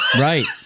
right